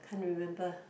can't remember